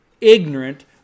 ignorant